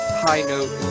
high note